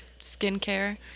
skincare